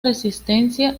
resistencia